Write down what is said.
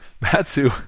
Matsu